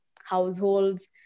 households